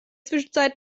zwischenzeit